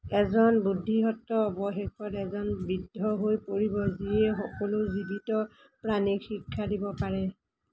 এজন বুদ্ধিসত্ত্ব অৱশেষত এজন বৃদ্ধ হৈ পৰিব যিয়ে সকলো জীৱিত প্ৰাণীক শিক্ষা দিব পাৰে